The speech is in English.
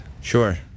Sure